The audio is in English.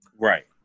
Right